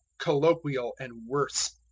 colloquial and worse.